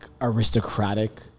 aristocratic